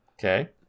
Okay